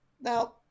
Now